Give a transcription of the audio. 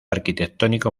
arquitectónico